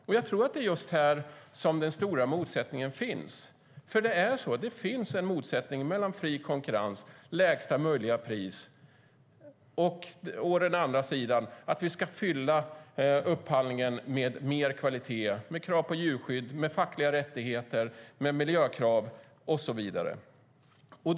Det är här den stora motsättningen mellan å ena sidan fri konkurrens och lägsta möjliga pris och å andra sidan att vi ska fylla upphandlingen med mer kvalitet, krav på djurskydd, fackliga rättigheter, miljökrav och så vidare finns.